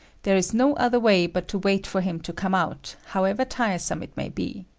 there is no other way but to wait for him to come out, however tiresome it may be.